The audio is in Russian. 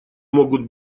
могут